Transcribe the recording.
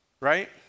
right